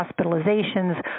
hospitalizations